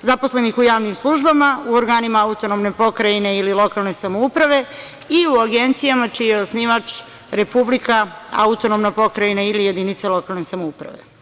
zaposlenih u javnim službama u organima autonomne pokrajine ili lokalne samouprave i u agencijama čiji je osnivač Republika, autonomna pokrajina ili jedinica lokalne samouprave.